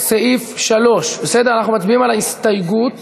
אנחנו לא מצביעים על ההסתייגות.